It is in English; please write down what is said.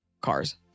cars